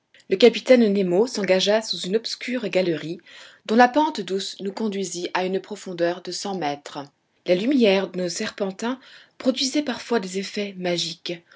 le capitaine nemo s'engagea sous une obscure galerie dont la pente douce nous conduisit à une profondeur de cent mètres la lumière de nos serpentins produisait parfois des effets magiques